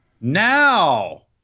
Now